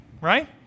right